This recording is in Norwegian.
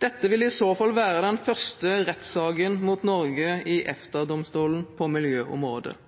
Dette vil i så fall være den første rettssaken mot Norge i EFTA-domstolen på miljøområdet.